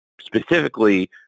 specifically